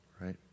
right